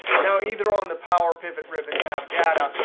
now either on the power pivot ribbon tab data,